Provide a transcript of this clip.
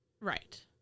right